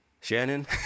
Shannon